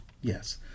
Yes